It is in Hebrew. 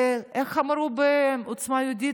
איך אמרו בעוצמה יהודית?